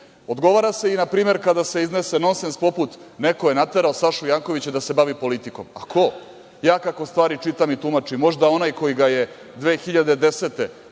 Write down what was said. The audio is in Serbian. Odgovara se i, na primer, kada se iznese nonsens poput – neko je naterao Sašu Jankovića da se bavi politikom – a ko? Kako ja stvari čitam i tumačim, možda onaj koji ga je 2010.